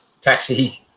taxi